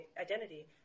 identity